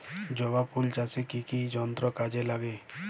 জবা ফুল চাষে কি কি যন্ত্র কাজে লাগে?